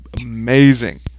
amazing